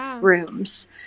rooms